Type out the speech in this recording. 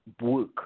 work